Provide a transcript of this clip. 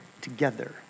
together